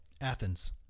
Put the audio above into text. Athens